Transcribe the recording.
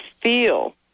feel